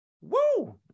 Woo